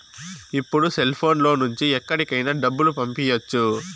ఇప్పుడు సెల్ఫోన్ లో నుంచి ఎక్కడికైనా డబ్బులు పంపియ్యచ్చు